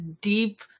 deep